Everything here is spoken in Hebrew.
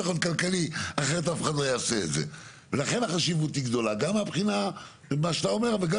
כל השיח סביב ערכי קרקע היה מאוד רלוונטי בשנים הראשונות ועד